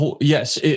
yes